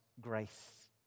grace